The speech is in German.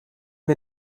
wir